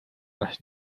las